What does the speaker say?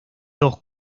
dos